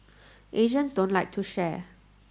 Asians don't like to share